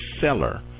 seller